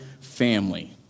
family